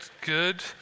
good